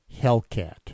Hellcat